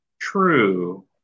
true